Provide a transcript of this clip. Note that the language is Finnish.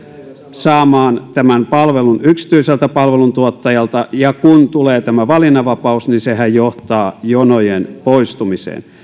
saamaan tämän palvelun yksityiseltä palveluntuottajalta ja kun tulee tämä valinnanvapaus niin sehän johtaa jonojen poistumiseen